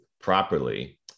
properly